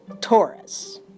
Taurus